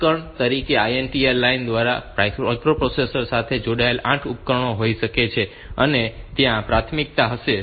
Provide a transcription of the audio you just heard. ઉદાહરણ તરીકે INT line દ્વારા માઇક્રોપ્રોસેસર સાથે જોડાયેલા 8 ઉપકરણો હોઈ શકે છે અને ત્યાં પ્રાથમિકતા હશે